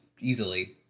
easily